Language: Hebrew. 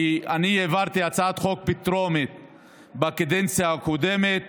כי אני העברתי הצעת חוק בטרומית בקדנציה הקודמת